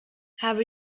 habe